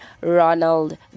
Ronald